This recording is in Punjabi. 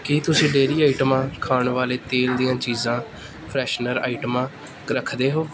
ਕੀ ਤੁਸੀਂ ਡੇਅਰੀ ਆਈਟਮਾਂ ਖਾਣ ਵਾਲੇ ਤੇਲ ਦੀਆਂ ਚੀਜ਼ਾਂ ਫਰੈਸ਼ਨਰ ਆਈਟਮਾਂ ਕ ਰੱਖਦੇ ਹੋ